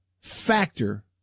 factor